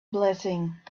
blessing